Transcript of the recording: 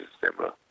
December